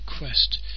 request